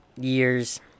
years